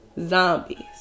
zombies